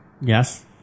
Yes